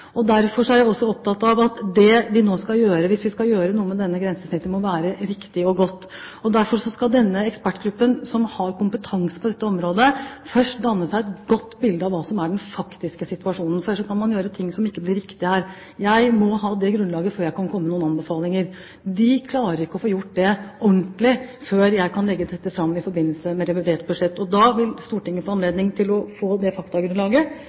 kontakt. Derfor er jeg også opptatt av at det vi nå skal gjøre, hvis vi skal gjøre noe med dette grensesnittet, må være riktig og godt. Derfor skal denne ekspertgruppen, som har kompetanse på dette området, først danne seg et godt bilde av hva som er den faktiske situasjonen, for ellers kan man gjøre ting som ikke blir riktig her. Jeg må ha det grunnlaget før jeg kan komme med noen anbefalinger. De klarer ikke å få gjort det ordentlig før jeg skal legge dette fram i forbindelse med revidert budsjett, men da vil Stortinget få anledning til å få det